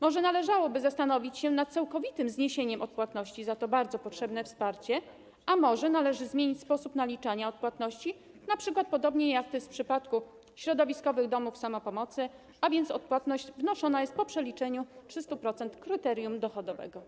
Może należałoby zastanowić się nad całkowitym zniesieniem odpłatności za to bardzo potrzebne wsparcie, a może należy zmienić sposób naliczania odpłatności, np. podobnie jak to jest w przypadku środowiskowych domów samopomocy, a więc odpłatność wnoszona jest po przeliczeniu 300% kryterium dochodowego?